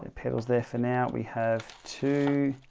pedals there for now. we have two